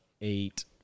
eight